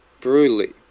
Brutally